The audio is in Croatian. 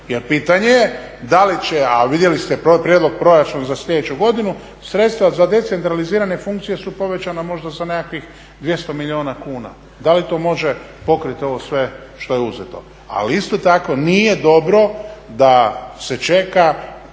Jer pitanje je da li će, a vidjeli ste prijedlog proračuna za sljedeću godinu, sredstva za decentralizirane funkcije su povećana možda za nekakvih 200 milijuna kuna. Da li to može pokriti ovo sve što je uzeto? Ali isto tako nije dobro da se čeka